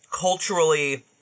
culturally